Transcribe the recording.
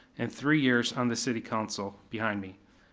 and three years on the city council behind me.